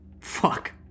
Fuck